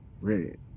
red